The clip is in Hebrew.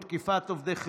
תקיפת עובדי חירום),